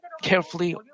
carefully